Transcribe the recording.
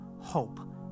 hope